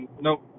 no